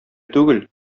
түгел